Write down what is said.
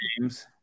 games